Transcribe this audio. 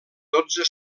dotze